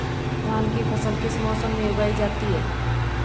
धान की फसल किस मौसम में उगाई जाती है?